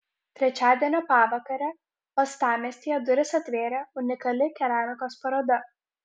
trečiadienio pavakarę uostamiestyje duris atvėrė unikali keramikos paroda